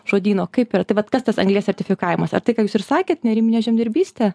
žodyno kaip yra tai vat kas tas anglies sertifikavimas ar tai ką jūs ir sakėt neariminė žemdirbystė